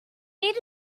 need